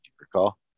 recall